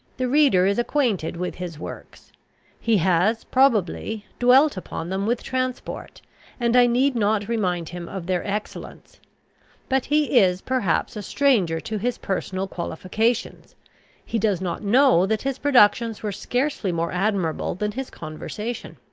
the reader is acquainted with his works he has, probably, dwelt upon them with transport and i need not remind him of their excellence but he is, perhaps, a stranger to his personal qualifications he does not know that his productions were scarcely more admirable than his conversation.